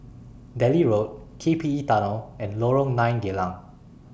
Delhi Road K P E Tunnel and Lorong nine Geylang